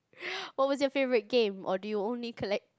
what was your favorite game or do you only collect